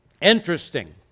Interesting